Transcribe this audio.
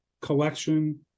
collection